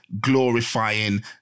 glorifying